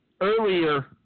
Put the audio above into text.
earlier